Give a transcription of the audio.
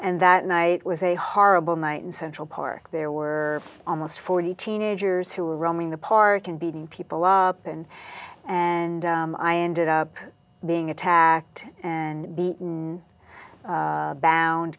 and that night was a horrible night in central park there were almost forty teenagers who were roaming the park and beating people up and and i ended up being attacked and